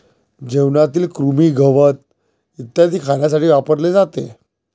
जेवणातील कृमी, गवत इत्यादी खाण्यासाठी वापरले जाते